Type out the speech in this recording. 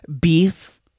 beef